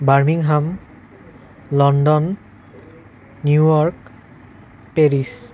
Birmingham London New York Paris